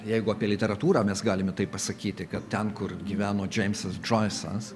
jeigu apie literatūrą mes galime taip pasakyti kad ten kur gyveno džeimsas džoisas